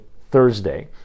Thursday